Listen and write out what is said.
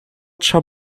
trza